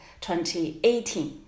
2018